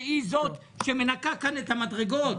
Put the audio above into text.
שהיא זאת שמנקה כאן את המדרגות,